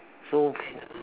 so